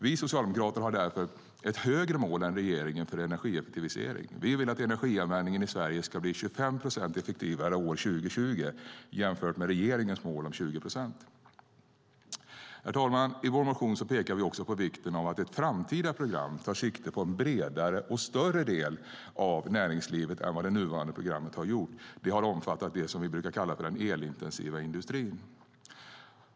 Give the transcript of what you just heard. Vi socialdemokrater har därför ett högre mål än regeringen för energieffektivisering. Vi vill att energianvändningen i Sverige ska bli 25 procent effektivare 2020, jämfört med regeringens mål om 20 procent. Herr talman! I vår motion pekar vi också på vikten av att ett framtida program tar sikte på en bredare och större del av näringslivet än vad det nuvarande programmet har gjort. Det har omfattat det som vi brukar kalla för den elintensiva industrin.